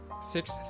six